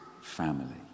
family